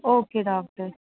okay doctor